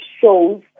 shows